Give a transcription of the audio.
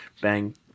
bang